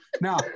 Now